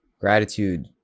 Gratitude